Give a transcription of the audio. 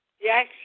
Yes